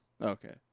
Okay